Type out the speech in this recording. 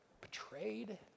betrayed